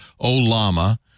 Olama